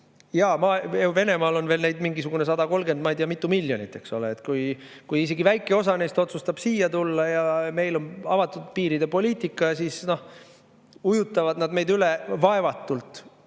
Jaa, Venemaal on veel neid mingisugune 130, ma ei tea mitu, miljonit, eks ole. Kui isegi väike osa neist otsustab siia tulla, ja meil on avatud piiride poliitika, siis ujutavad nad meid üle vaevatult,